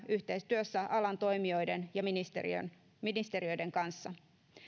yhteistyössä alan toimijoiden ja ministeriöiden kanssa